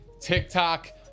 TikTok